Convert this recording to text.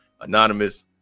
anonymous